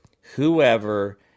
whoever